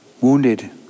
Wounded